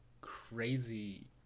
crazy